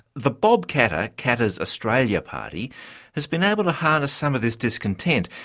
the bob katter katter's australia party has been able to harness some of this discontent.